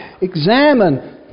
Examine